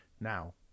Now